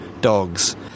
Dogs